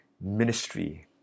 Ministry